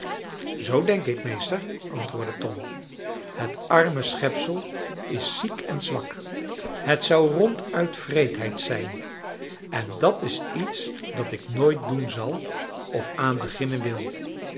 zoo denk ik meester antwoordde tom het arme schepsel is ziek en zwak het zou ronduit wreedheid zijn en dat is iets dat ik nooit doen zal of aan beginnen wil